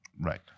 Right